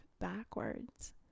backwards